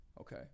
Okay